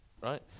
Right